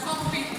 לקוקפיט.